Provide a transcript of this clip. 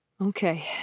Okay